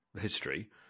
history